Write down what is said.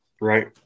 Right